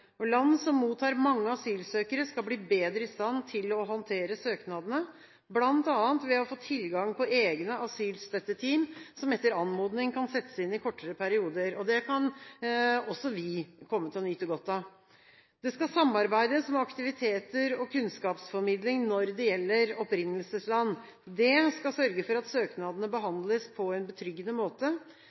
samarbeidet. Land som mottar mange asylsøkere, skal bli bedre i stand til å håndtere søknadene, bl.a. ved å få tilgang til egne asylstøtteteam som etter anmodning kan settes inn i kortere perioder. Det kan også vi komme til å nyte godt av. Det skal samarbeides om aktiviteter og kunnskapsformidling når det gjelder opprinnelsesland. Det skal sørge for at søknadene behandles på en betryggende måte.